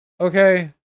Okay